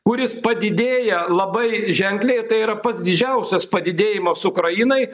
kuris padidėja labai ženkliai ir tai yra pats didžiausias padidėjimas ukrainai